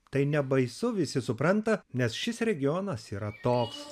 tai nebaisu visi supranta nes šis regionas yra toks